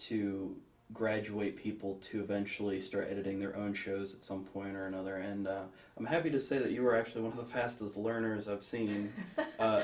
to graduate people to eventually start editing their own shows at some point or another and i'm happy to say that you are actually one of the fastest learners i've seen